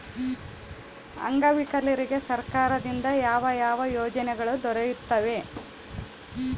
ಅಂಗವಿಕಲರಿಗೆ ಸರ್ಕಾರದಿಂದ ಯಾವ ಯಾವ ಯೋಜನೆಗಳು ದೊರೆಯುತ್ತವೆ?